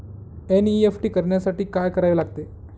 NEFT करण्यासाठी काय करावे लागते?